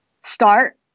start